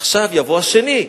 יבוא השני,